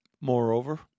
Moreover